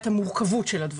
את המורכבות של הדברים.